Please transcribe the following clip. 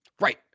Right